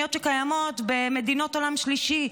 תוכניות שקיימות במדינות עולם שלישי: